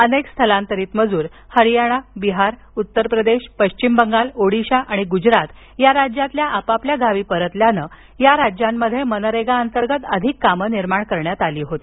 अनेक स्थलांतरित मजूर हरियाना बिहार उत्तर प्रदेश पश्चिम बंगाल ओडिशा आणि गुजरात या राज्यांतील आपापल्या गावी परतल्यानं या राज्यांमध्ये मनरेगाअंतर्गत अधिक कामे निर्माण करण्यात आली होती